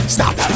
Stop